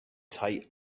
tight